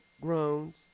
groans